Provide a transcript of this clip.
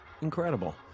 incredible